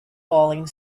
falling